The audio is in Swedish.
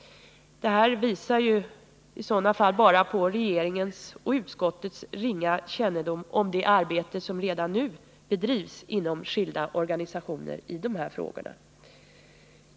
Det visar ju i så fall bara på regeringens och utskottets ringa kännedom om det arbete som redan nu bedrivs inom skilda organisationer i dessa frågor.